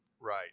Right